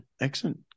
Excellent